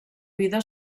vida